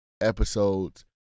episodes